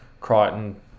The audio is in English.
Crichton